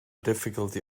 difficulty